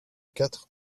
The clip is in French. quatre